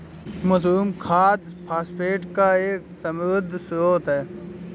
mushroom खाद phosphate का एक समृद्ध स्रोत है